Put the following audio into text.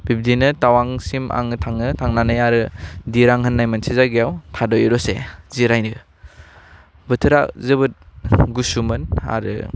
बिब्दिनो टावांसिम आङो थाङो थांनानै आरो दीरां होननाय मोनसे जायगायाव थाद'यो दसे जिरायनो बोथोरा जोबोद गुसुमोन आरो